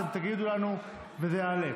אתם תגידו לנו, וזה יעלה.